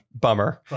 Bummer